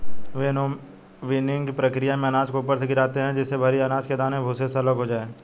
विनोविंगकी प्रकिया में अनाज को ऊपर से गिराते है जिससे भरी अनाज के दाने भूसे से अलग हो जाए